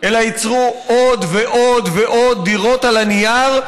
אלא ייצרו עוד ועוד ועוד דירות על הנייר,